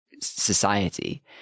society